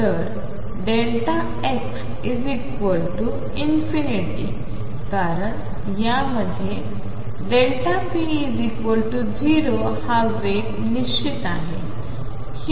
तर x→∞ कारण यामध्ये p0 हा वेग निश्चित आहे